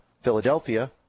Philadelphia